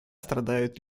страдают